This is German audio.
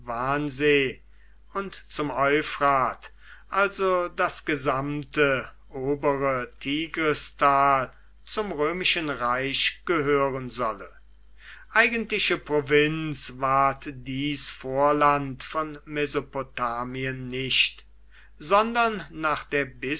und zum euphrat also das gesamte obere tigristal zum römischen reich gehören solle eigentliche provinz ward dies vorland von mesopotamien nicht sondern nach der